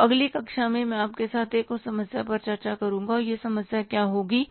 तो अगली कक्षा में मैं आपके साथ एक और समस्या पर चर्चा करूँगा और यह समस्या क्या होगी